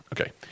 Okay